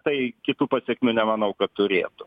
tai kitų pasekmių nemanau kad turėtų